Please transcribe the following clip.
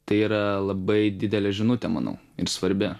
tai yra labai didelė žinutė manau ir svarbi